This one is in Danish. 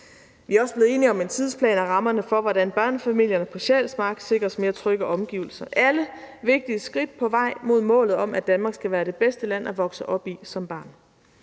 Vi er også blevet enige om tidsplanen og rammerne for, hvordan børnene på Sjælsmark sikres mere trygge omgivelser. De er alle vigtige skridt på vejen mod målet om, at Danmark skal være det bedste land at vokse op i som barn.